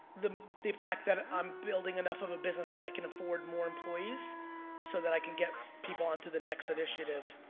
the the fact that i'm building enough of a business that i can afford more employees so that i can get people onto the next initiative.